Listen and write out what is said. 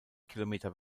kilometer